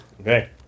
Okay